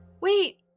Wait